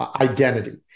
Identity